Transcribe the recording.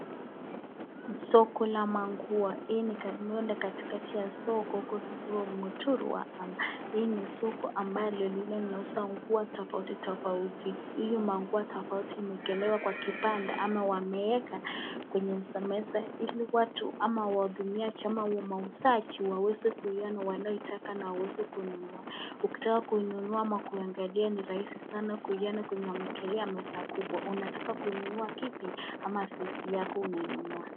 Soko la mangua. Hii ni kando katikati ya soko, kuna mtu. Hili ni soko ambalo lina uza mangua tofauti tofauti. Hiyo mangua tofauti imewekelewa kwa kibanda ama wameweka kwenye meza meza ili watu ama hudumiaji ama mauzaji waweze kuona wanayoitaka na waweze kununua. Ukitaka kuinuwa ama kuangalia ni rahisi sana kuiona kwenye meza kubwa. Unataka kununua kipi ama size yako unanunua?